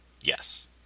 Yes